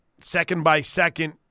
Second-by-second